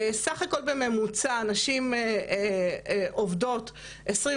סך הכול בממוצע נשים עובדות 22